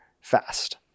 fast